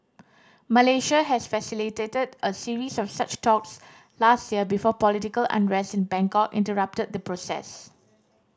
Malaysia has facilitated a series of such talks last year before political unrest in Bangkok interrupted the process